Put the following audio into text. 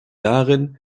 darin